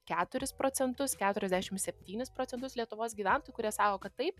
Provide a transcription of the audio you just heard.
keturis procentus keturiasdešim septynis procentus lietuvos gyventojų kurie sako kad taip